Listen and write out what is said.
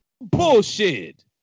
Bullshit